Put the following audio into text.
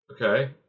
Okay